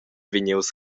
vegnius